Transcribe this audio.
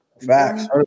Facts